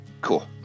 Cool